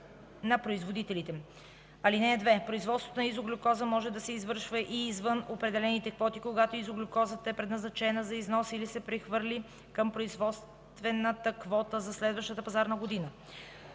на производителите. (2) Производството на изоглюкоза може да се извършва и извън определените квоти, когато изоглюкозата е предназначена за износ или се прехвърли към производствената квота за следващата пазарна година.